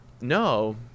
No